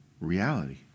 reality